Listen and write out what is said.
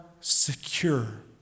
secure